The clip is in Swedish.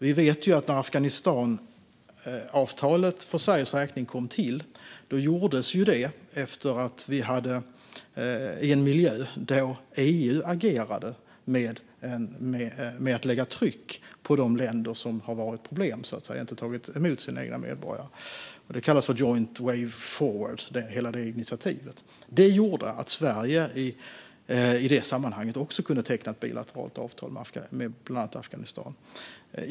Vi vet ju att Afghanistanavtalet för Sveriges räkning kom till i en miljö där EU agerade genom att lägga tryck på de länder som varit problem och som inte har tagit emot sina egna medborgare. Detta initiativ kallas för Joint Way Forward, och det gjorde att Sverige i det sammanhanget också kunde teckna ett bilateralt avtal med bland annat Afghanistan.